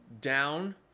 down